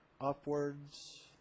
upwards